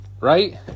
right